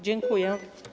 Dziękuję.